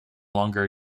longer